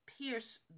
pierce